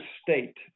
state